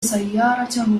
سيارته